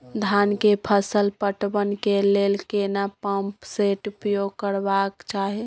धान के फसल पटवन के लेल केना पंप सेट उपयोग करबाक चाही?